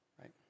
right